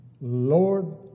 Lord